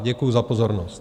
Děkuji za pozornost.